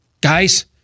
Guys